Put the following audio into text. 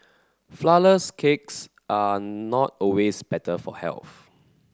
flour less cakes are not always better for health